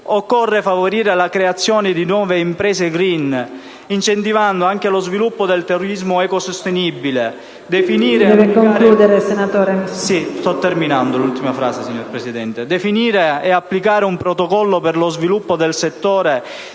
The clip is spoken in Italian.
Occorre favorire la creazione di nuove imprese *green*, incentivando anche lo sviluppo del turismo ecosostenibile.